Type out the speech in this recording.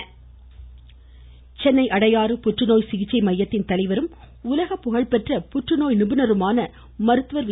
சாந்தா மறைவு சென்னை அடையாறு புற்றுநோய் சிகிச்சை மையத்தின் தலைவரும் உலக புகழ்பெற்ற புற்று நோய் நிபுணருமான மருத்துவர் வி